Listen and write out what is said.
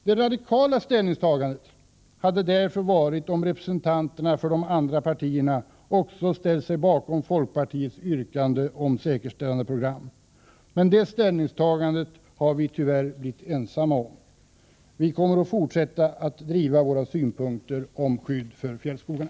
Det radikala ställningstagandet hade därför varit om representanterna för de andra partierna också ställt sig bakom folkpartiets yrkande om säkerställandeprogram. Det ställningstagandet har vi tyvärr blivit ensamma om. Vi kommer att fortsätta att driva våra synpunkter om skydd för fjällskogarna.